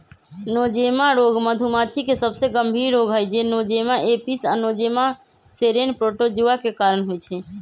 Nosema रोग मधुमाछी के सबसे गंभीर रोग हई जे नोज़ेमा एपिस आ नोज़ेमा सेरेने प्रोटोज़ोआ के कारण होइ छइ